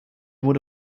wurde